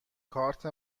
کارت